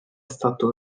stato